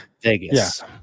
Vegas